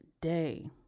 day